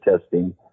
testing